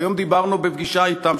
והיום דיברנו בפגישה אתם,